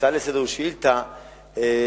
הצעה לסדר-היום או שאילתא לגבי